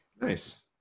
nice